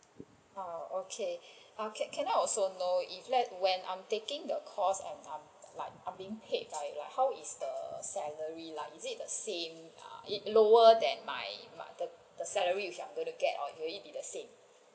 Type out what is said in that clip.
ah okay ah can can I also know if let when I am taking the course and like I am being paid by like how is the salary like is it the same ah or lower than my my the the salary I am going to get or will it be the same